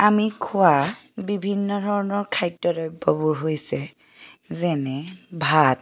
আমি খোৱা বিভিন্ন ধৰণৰ খাদ্য দ্ৰব্যবোৰ হৈছে যেনে ভাত